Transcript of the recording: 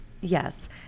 Yes